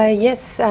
ah yes,